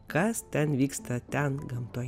kas ten vyksta ten gamtoje